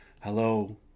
Hello